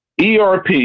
ERP